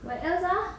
what else ah